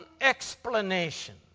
explanation